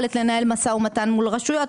יכולת לנהל משא ומתן מול רשויות.